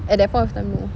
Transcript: at that point of time no